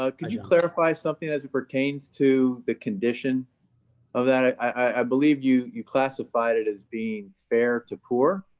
ah could you clarify something as it pertains to the condition of that, i i believe you you classified it as being fair to poor.